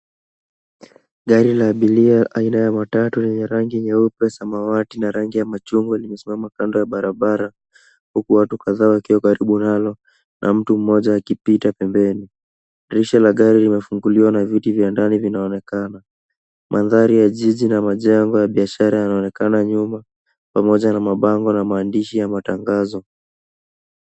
Gari la abiria aina ya matatu yenye rangi nyeupe, samawati, na rangi ya machungwa limesimama kando ya barabara, huku watu kadhaa wakiwa karibu nalo, na mtu mmoja akipita pembeni. Dirisha la gari limefunguliwa na viti vya ndani vinaonekana. Mandhari ya jiji na majengo ya biashara yanaonekana nyuma, pamoja na mabango na maandishi ya matangazo.